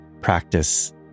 practice